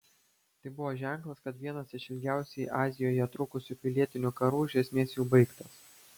tai buvo ženklas kad vienas iš ilgiausiai azijoje trukusių pilietinių karų iš esmės jau baigtas